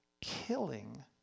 killing